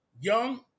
young